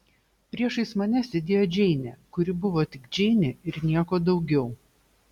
priešais mane sėdėjo džeinė kuri buvo tik džeinė ir nieko daugiau